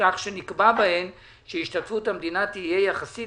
כך שנקבע בהן שהשתתפות המדינה תהיה יחסית